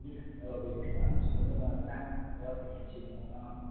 औ बेखायनो आं सोंहरदोंमोन आरो ना माबायाव भेखेनसि दं नामा